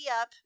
up